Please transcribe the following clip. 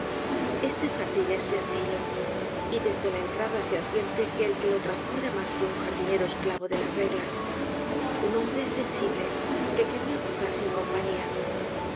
este jardin es sencillo y desde la entrada se advierte que el que lo trazó era mas que un jardinero esclavo de las reglas un hombre sensible que quería gozar sin compañía